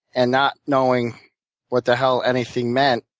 and not knowing what the hell anything meant,